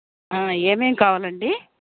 ఏమేం కావాలండి